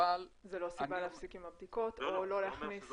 זה לא סיבה להפסיק עם הבדיקות או לא להכניס --- לא,